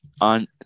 on